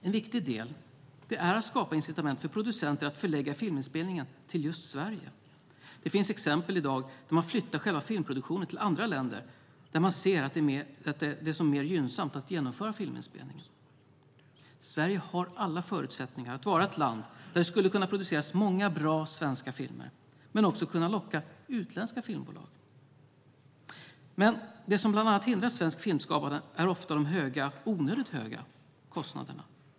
En viktig del är att skapa incitament för producenter att förlägga filminspelningen till just Sverige. Det finns exempel i dag där man flyttar själva filmproduktionen till andra länder där man ser det som mer gynnsamt att genomföra filminspelningen. Sverige har alla förutsättningar att vara ett land där det skulle kunna produceras många bra svenska filmer, men det skulle också kunna locka utländska filmbolag. Det som bland annat hindrar svenskt filmskapande är de ofta onödigt höga kostnaderna.